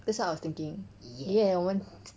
that's what I was thinking !yay! 我们